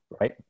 Right